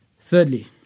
Thirdly